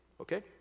okay